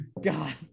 God